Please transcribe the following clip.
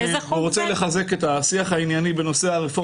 שרוצים לחזק את השיח הענייני בנושא הרפורמה השיפוטית.